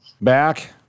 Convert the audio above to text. back